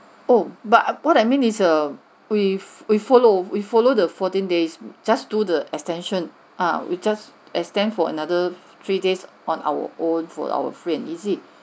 oh but what I mean is err we'll we'll follow we follow the fourteen days just do the extension err we just extend for another three days on our own food our free and easy